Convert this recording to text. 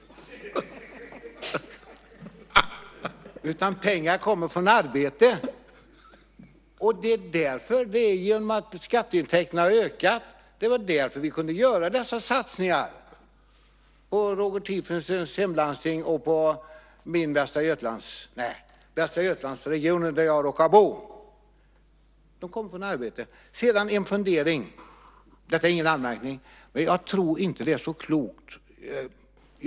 Pengarna kommer från arbete, och det därför att skatteintäkterna har ökat. Det var därför vi kunde göra dessa satsningar på Roger Tiefensees hemlandsting och på Västra Götalandsregionen där jag råkar bo. De kommer från arbete. Sedan har jag en fundering - det är ingen anmärkning. Jag tror inte att det är så klokt att tala om mer arbetade timmar.